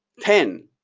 ten,